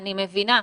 אני מבינה.